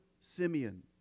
Simeon